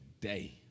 today